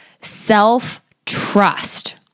self-trust